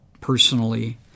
personally